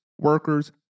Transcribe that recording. workers